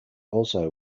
also